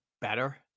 better